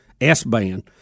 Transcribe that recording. S-band